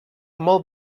molt